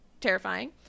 terrifying